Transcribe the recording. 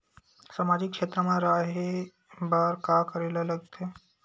सामाजिक क्षेत्र मा रा हे बार का करे ला लग थे